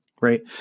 right